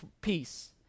peace